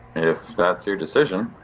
if that's your decision.